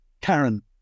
Karen